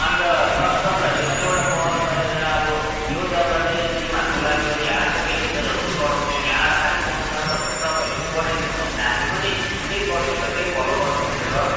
अन्त सर तपाईँहरूले पनि एउटा पहल गरेर अब यो जग्गा चाहिँ तिमीहरूको लागि हो यहाँबाट चाहिँ पेसेन्जरहरू चढाउनु यहाँबाट खालि पाउँछ भनेर तपाईँहरूले नि बनाइदिनु भयो भने त हामी पनि त्यही गर्थ्यौँ नि त त्यही फलो गर्छौँ नि त सर